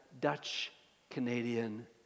Dutch-Canadian